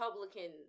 Republican